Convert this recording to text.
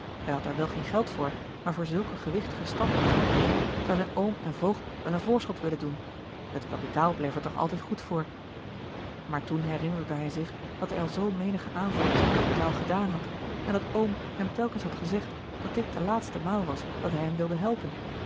hij had er wel geen geld voor maar voor zulk een gewichtigen stap in zijn leven zou zijn oom en voogd wel een voorschot willen doen het kapitaal bleef er toch altijd goed voor maar toen herinnerde hij zich dat hij al zoo menigen aanval op zijn kapitaal gedaan had en dat oom hem telkens had gezegd dat dit de laatste maal was dat hij hem wilde helpen